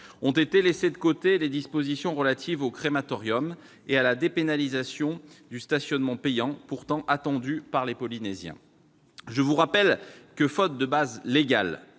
Ont été laissées de côté les dispositions relatives aux crématoriums et à la dépénalisation du stationnement payant, pourtant attendues par les Polynésiens. Je vous rappelle que, faute de base légale,